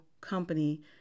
company